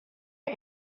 our